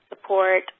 support